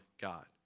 God